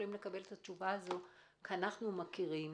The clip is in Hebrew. כי אנחנו מכירים